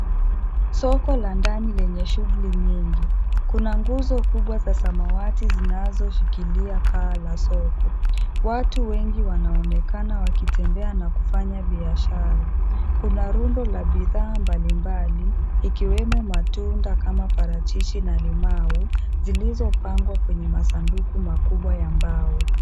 Soko la ndani lenye shughuli nyingi. Kuna nguzo kubwa za samawati zinazoshikilia paa la soko. Watu wengi wanaonekana wakitembea na kufanya biashara. Kuna rundo la bidhaa mbalimbali, ikiwemo matunda kama parachichi na limau, zilizopangwa kwenye masanduku makubwa ya mbao.